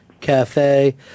Cafe